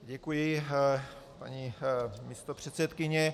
Děkuji, paní místopředsedkyně.